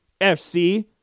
FC